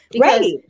Right